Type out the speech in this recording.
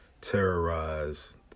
terrorize –